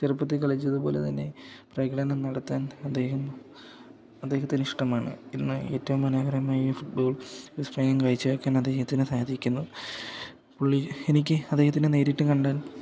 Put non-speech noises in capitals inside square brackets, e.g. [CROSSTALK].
ചെറുപ്പത്തിൽ കളിച്ചതുപോലെ തന്നെ പ്രകടനം നടത്താൻ അദ്ദേഹം അദ്ദേഹത്തിനിഷ്ടമാണ് ഇന്ന് ഏറ്റവും മനോഹരമായി ഫുട്ബോൾ ഒരു [UNINTELLIGIBLE] കാഴ്ച വെക്കാൻ അദ്ദേഹത്തിന് സാധിക്കുന്നു പുള്ളി എനിക്ക് അദ്ദേഹത്തിനെ നേരിട്ട് കണ്ടാൽ